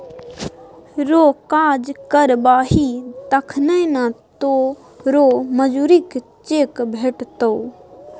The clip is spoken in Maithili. रौ काज करबही तखने न तोरो मजुरीक चेक भेटतौ